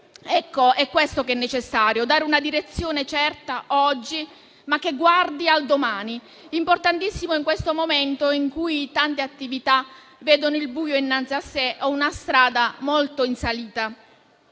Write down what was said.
loro futuro. È necessario dare una direzione certa oggi, ma che guardi al domani. È un punto importantissimo in questo momento in cui tante attività vedono il buio innanzi a sé o una strada molto in salita.